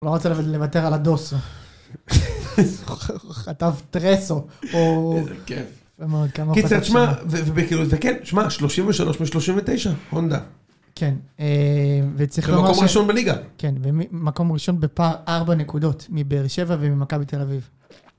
הוא לא רוצה לוותר על הדוסו. חטב טרסו או... איזה כיף. קיצר, שמע, וכאילו, זה כן, שמע, 33/39, הונדה. כן, וצריך לומר ש... זה מקום ראשון בליגה. כן, מקום ראשון בפער, ארבע נקודות, מבאר שבע וממכבי בתל אביב.